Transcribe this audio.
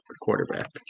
quarterback